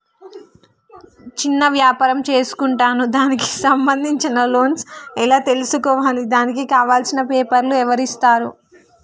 చిన్న వ్యాపారం చేసుకుంటాను దానికి సంబంధించిన లోన్స్ ఎలా తెలుసుకోవాలి దానికి కావాల్సిన పేపర్లు ఎవరిస్తారు?